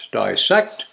dissect